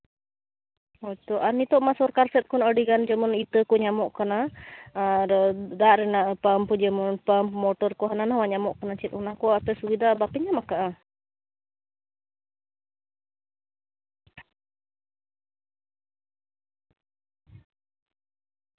ᱦᱳᱭᱛᱚ ᱟᱨ ᱱᱤᱛᱳᱜ ᱢᱟ ᱥᱚᱨᱠᱟᱨ ᱥᱮᱫ ᱠᱷᱚᱱ ᱟᱹᱰᱤ ᱜᱟᱱ ᱡᱮᱢᱚᱱ ᱤᱛᱟᱹ ᱠᱚ ᱧᱟᱢᱚᱜ ᱠᱟᱱᱟ ᱟᱨ ᱫᱟᱜ ᱨᱮᱱᱟᱜ ᱯᱟᱢᱯ ᱡᱮᱢᱚᱱ ᱯᱟᱢᱯ ᱢᱚᱴᱚᱨ ᱠᱚ ᱦᱟᱱᱟᱼᱱᱟᱣᱟ ᱧᱟᱢᱚᱜ ᱠᱟᱱᱟ ᱪᱮᱫ ᱚᱱᱟ ᱠᱚ ᱟᱯᱮ ᱥᱩᱵᱤᱫᱷᱟ ᱵᱟᱯᱮ ᱧᱟᱢ ᱠᱟᱜᱼᱟ